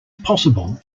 possible